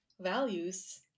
values